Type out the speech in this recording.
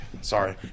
Sorry